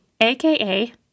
aka